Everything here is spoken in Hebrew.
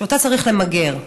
שאותה צריך למגר.